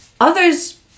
Others